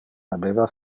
habeva